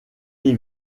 les